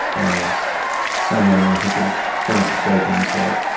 as someone, i think it was francis bacon, said.